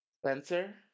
Spencer